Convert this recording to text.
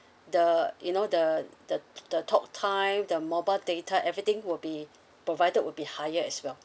the you know the the the talktime the mobile data everything will be provided would be higher as well